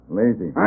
lazy